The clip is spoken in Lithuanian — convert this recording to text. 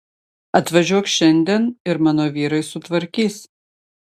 atvažiuok šiandien ir mano vyrai sutvarkys